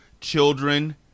children